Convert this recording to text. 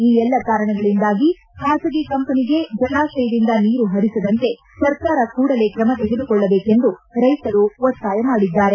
ಈ ಎಲ್ಲಾ ಕಾರಣಗಳಿಂದ ಖಾಸಗಿ ಕಂಪನಿಗೆ ಜಲಾಶಯದಿಂದ ನೀರು ಹರಿಸದಂತೆ ಸರ್ಕಾರ ಕೂಡಲೇ ಕ್ರಮ ತೆಗೆದುಕೊಳ್ಳಬೇಕೆಂದು ರೈತರು ಒತ್ತಾಯ ಮಾಡಿದ್ದಾರೆ